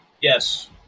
yes